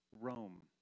Rome